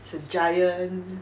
it's a giant